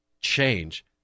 change